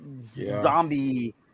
zombie